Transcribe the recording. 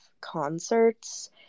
concerts